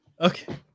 Okay